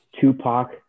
Tupac